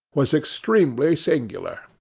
was extremely singular.